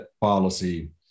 policy